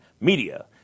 media